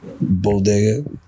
Bodega